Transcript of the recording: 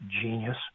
genius